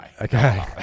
Okay